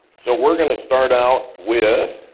so we're gonna start out with.